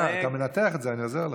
לא, אתה מנתח את זה, אני עוזר לך.